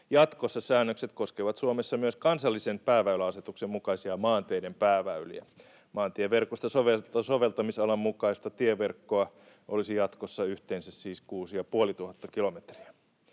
Jatkossa säännökset koskevat Suomessa myös kansallisen pääväyläasetuksen mukaisia maanteiden pääväyliä. Maantieverkosta soveltamis-alan mukaista tieverkkoa olisi jatkossa yhteensä siis kuusi-